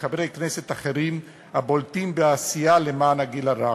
חברי כנסת אחרים הבולטים בעשייה למען הגיל הרך: